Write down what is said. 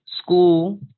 school